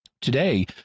Today